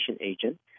agent